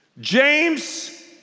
James